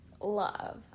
love